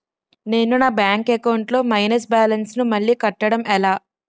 నేను నా bank account లొ మైనస్ బాలన్స్ ను మళ్ళీ కట్టడం ఎలా?